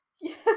Yes